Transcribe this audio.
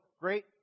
great